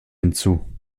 hinzu